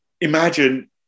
Imagine